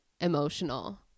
emotional